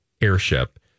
airship